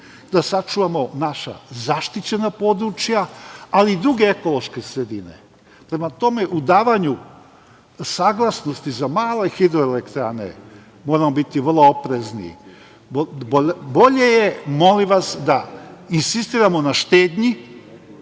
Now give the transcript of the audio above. da sačuvamo naša zaštićena područja, ali i druge ekološke sredine. Prema tome, u davanju saglasnosti za male hidroelektrane moramo biti vrlo oprezni. Bolje je, molim vas, da insistiramo na štednji